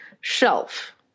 shelf